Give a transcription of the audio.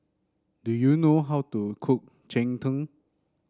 do you know how to cook Cheng Tng